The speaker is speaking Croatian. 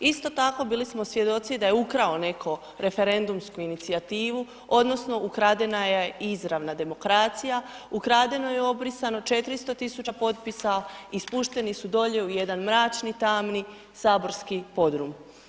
Isto tako bili smo svjedoci da je ukrao netko referendumsku inicijativu odnosno ukradena je i izravna demokracija, ukradeno je obrisano 400.000 potpisa i spušteni su dolje u jedan mračni tamni saborski podrum.